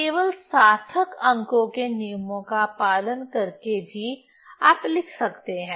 केवल सार्थक अंकों के नियमों का पालन करके भी आप लिख सकते हैं